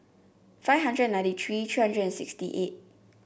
five hundred and ninety three three hundred and sixty eight